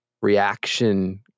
reaction